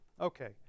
Okay